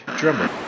drummer